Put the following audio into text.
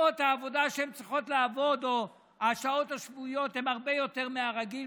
שעות העבודה שהן צריכות לעבוד או השעות השבועיות הן הרבה יותר מהרגיל,